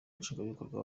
nshingwabikorwa